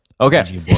Okay